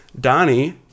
Donnie